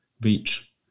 reach